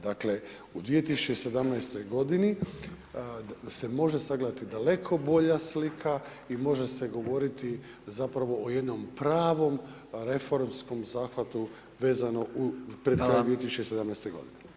Dakle, u 2017. godini se može sagledati daleko bolja slika i može se govoriti zapravo o jednom pravom reformskom zahvatu vezano u pred kraj [[Upadica: Hvala.]] 2017. godine.